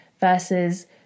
versus